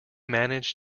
manage